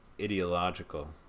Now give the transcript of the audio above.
ideological